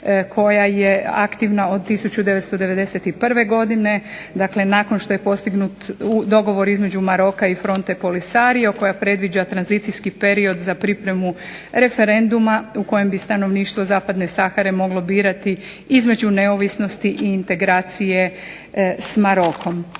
koja je aktivna od 1991. godine, dakle, nakon što je postignut dogovor između Maroka i fronte Polisario koja predviđa tranzicijski period za pripremu referenduma u kojem bi stanovništvo zapadne Sahare moglo birati između neovisnosti i integracije sa Marokom.